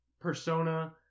persona